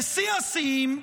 ושיא השיאים,